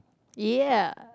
ya